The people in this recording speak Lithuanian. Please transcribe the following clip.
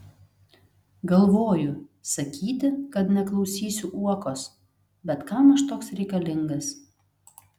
galvoju sakyti kad neklausysiu uokos bet kam aš toks reikalingas